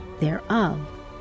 thereof